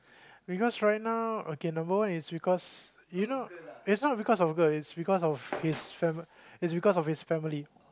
because right now okay number one is because you know it's not because of girl it's because of his fami~ it's because of his family